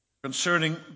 concerning